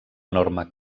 enorme